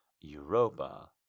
Europa